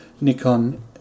Nikon